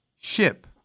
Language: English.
ship